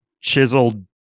chiseled